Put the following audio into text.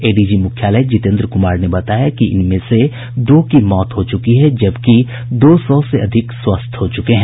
ADG मुख्यालय जितेन्द्र कुमार ने बताया कि इनमें से दो की मौत हो चुकी है जबकि दो सौ से अधिक स्वस्थ हो चुके हैं